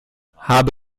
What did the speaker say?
habe